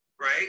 right